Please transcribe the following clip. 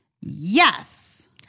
Yes